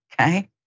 Okay